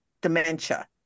dementia